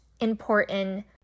important